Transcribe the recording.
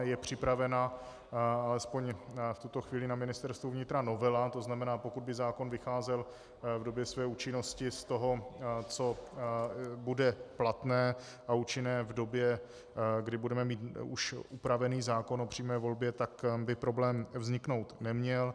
Je připravena aspoň v tuto chvíli na Ministerstvu vnitra novela, tzn. pokud by zákon vycházel v době své účinnosti z toho, co bude platné a účinné v době, kdy budeme mít už upravený zákon o přímé volbě, tak by problém vzniknout neměl.